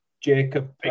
Jacob